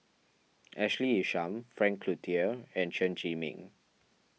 Ashley Isham Frank Cloutier and Chen Zhiming